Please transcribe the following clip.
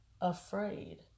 afraid